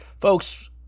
Folks